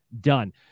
done